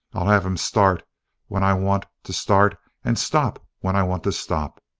i'll have him start when i want to start and stop when i want to stop.